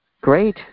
Great